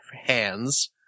hands